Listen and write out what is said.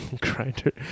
grinder